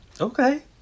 Okay